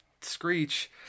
Screech